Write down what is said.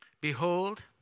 Behold